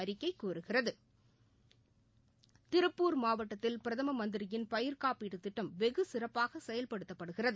அறிக்கை கூறுகிறது திருப்பூர் மாவட்டத்தில் பிரதம மந்திரியின் பயிர்க் காப்பீடு திட்டம் வெகு சிறப்பாக செயல்படுத்தப்படுகிறது